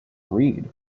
read